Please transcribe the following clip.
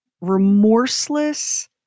remorseless